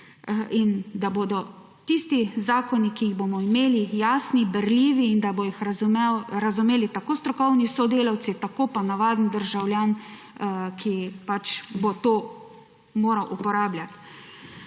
in da bodo tisti zakoni, ki jih bomo imeli, jasni, berljivi in da jih bodo razumeli tako strokovni sodelavci pa navaden državljan, ki bo to moral uporabljati.